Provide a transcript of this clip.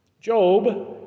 Job